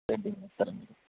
painting వేస్తారా అండి